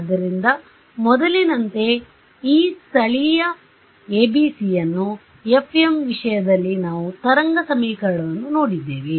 ಆದ್ದರಿಂದ ಮೊದಲಿನಂತೆ ಈ ಸ್ಥಳೀಯ ABC ಯನ್ನು FEM ವಿಷಯದಲ್ಲಿ ನಾವು ತರಂಗ ಸಮೀಕರಣವನ್ನು ನೋಡಿದ್ದೇವೆ